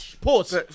pause